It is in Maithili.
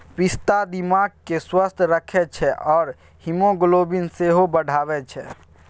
पिस्ता दिमाग केँ स्वस्थ रखै छै आ हीमोग्लोबिन सेहो बढ़ाबै छै